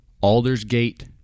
Aldersgate